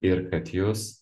ir kad jus